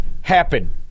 happen